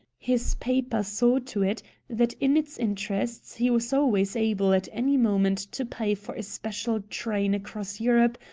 his paper saw to it that in its interests he was always able at any moment to pay for a special train across europe,